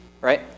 Right